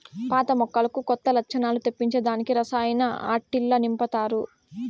పాత మొక్కలకు కొత్త లచ్చణాలు తెప్పించే దానికి రసాయనాలు ఆట్టిల్ల నింపతారు